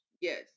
Yes